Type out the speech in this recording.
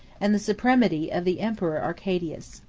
and the supremacy of the emperor arcadius.